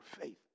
faith